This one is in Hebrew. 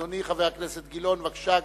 אדוני חבר הכנסת גילאון, בבקשה.